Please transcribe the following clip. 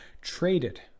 traded